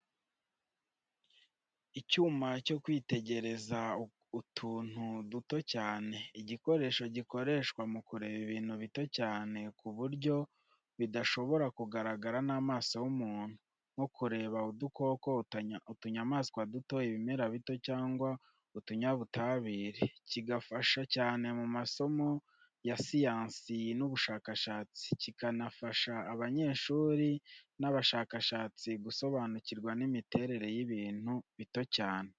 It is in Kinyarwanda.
Icyuma cyo kwitegereza utuntu duto cyane, ni igikoresho gikoreshwa mu kureba ibintu bito cyane ku buryo bidashobora kugaragara n’amaso y’umuntu, nko kureba udukoko, utunyamaswa duto, ibimera bito cyangwa utunyabutabire. Kigafasha cyane mu masomo ya siyansi n’ubushakashatsi, kikanafasha abanyeshuri n’abashakashatsi gusobanukirwa n’imiterere y’ibintu bito cyane.